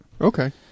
Okay